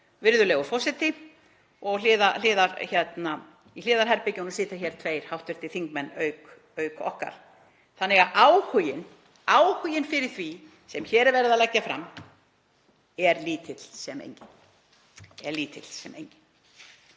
virðulegur forseti og í hliðarherbergjunum sitja tveir hv. þingmenn auk okkar þannig að áhuginn fyrir því sem hér er verið að leggja fram er lítill sem enginn.